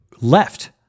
left